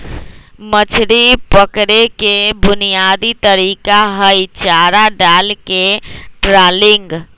मछरी पकड़े के बुनयादी तरीका हई चारा डालके ट्रॉलिंग